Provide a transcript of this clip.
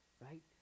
right